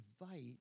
invite